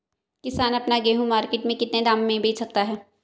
किसान अपना गेहूँ मार्केट में कितने दाम में बेच सकता है?